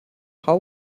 how